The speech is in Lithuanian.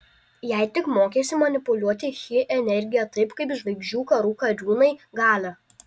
jei tik mokėsi manipuliuoti chi energija taip kaip žvaigždžių karų kariūnai galia